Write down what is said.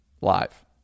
live